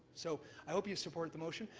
so i hope you support the motion.